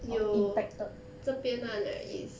有这边 [one] right is